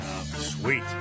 Sweet